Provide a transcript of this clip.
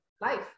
life